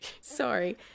sorry